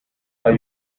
are